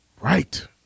Right